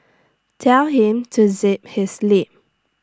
tell him to zip his lip